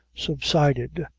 subsided,